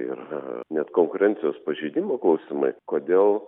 ir net konkurencijos pažeidimų klausimai kodėl